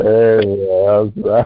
Yes